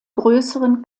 größeren